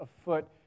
afoot